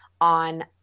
on